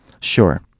Sure